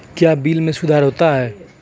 क्या बिल मे सुधार होता हैं?